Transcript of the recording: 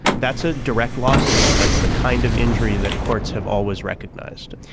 that's a direct loss to them. that's the kind of injury that courts have always recognized.